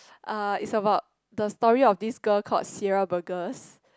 uh it's about the story of this girl called Sierra Burgess